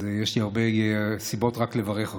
אז יש לי הרבה סיבות לברך אותך.